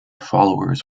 followers